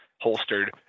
holstered